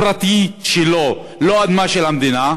פרטיות שלו, לא על אדמה של המדינה.